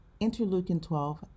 interleukin-12